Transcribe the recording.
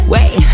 Wait